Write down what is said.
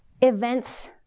events